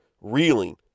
reeling